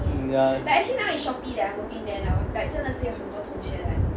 ya